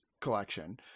collection